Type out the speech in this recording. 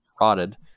rotted